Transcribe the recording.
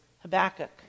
Habakkuk